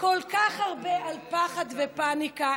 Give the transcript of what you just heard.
כל כך הרבה על פחד ופניקה,